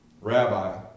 Rabbi